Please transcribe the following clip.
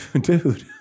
dude